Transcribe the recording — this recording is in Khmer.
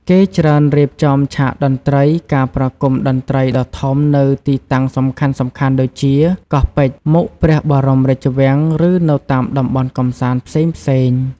គេច្រើនរៀបចំឆាកតន្ត្រី ការប្រគំតន្ត្រីដ៏ធំនៅទីតាំងសំខាន់ៗដូចជា កោះពេជ្រ មុខព្រះបរមរាជវាំង ឬនៅតាមតំបន់កម្សាន្តផ្សេងៗ។